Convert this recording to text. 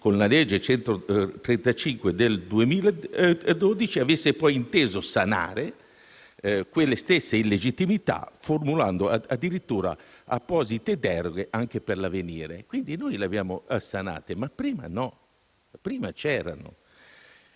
con la legge n. 135 del 2012, avesse poi inteso sanare quelle stesse illegittimità formulando addirittura apposite deroghe anche per l’avvenire. Quindi, noi le abbiamo sanate ma prima c’erano.